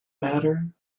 matter